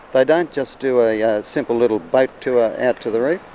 but don't just do a ah simple little boat tour out to the reef.